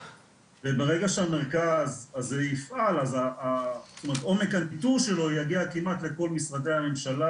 וברגע שהמרכז הזה יפעל עומק הניטור שלו יגיע כמעט לכל משרדי הממשלה,